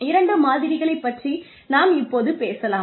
இரண்டு மாதிரிகளைப் பற்றி நாம் இப்போது பேசலாம்